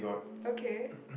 okay